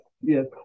yes